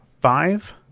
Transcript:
five